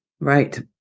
right